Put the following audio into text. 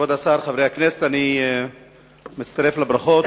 כבוד השר, חברי הכנסת, אני מצטרף לברכות.